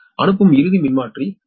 அனுப்பும் இறுதி மின்மாற்றி 13